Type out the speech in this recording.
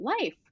life